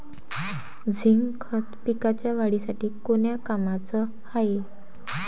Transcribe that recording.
Zinc खत पिकाच्या वाढीसाठी कोन्या कामाचं हाये?